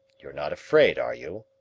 you're not afraid are you?